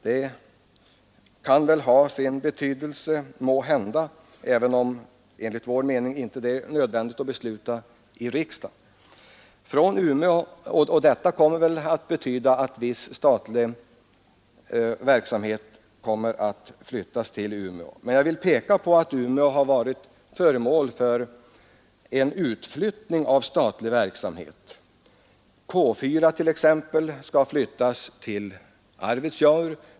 Det kan måhända ha sin betydelse, även om det enligt vår mening inte är lämpligt att besluta om detta i riksdagen. Det torde komma att betyda att viss statlig verksamhet flyttas till Umeå. Jag vill emellertid peka på att det sker en betydande utflyttning av statlig verksamhet från Umeå. BI. a. skall ju K 4 flyttas till Arvidsjaur.